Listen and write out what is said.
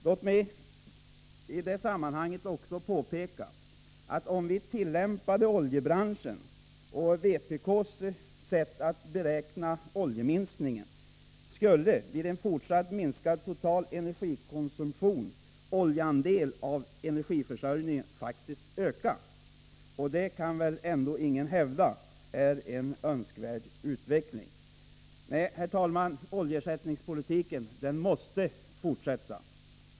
Låt mig i sammanhanget också påpeka att om vi tillämpade oljebranschens och vpk:s sätt att beräkna oljeminskningen skulle, vid en fortsatt minskad total energikonsumtion, oljeandelen av energiförsörjningen faktiskt öka! Och det kan väl ändå ingen hävda är en önskvärd utveckling. Nej, herr talman, oljeersättningspolitiken måste fortsätta.